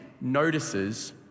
notices